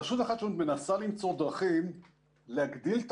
רשות החדשנות מנסה למצוא דרכים להגדיל את